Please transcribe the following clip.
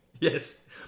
yes